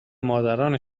مادران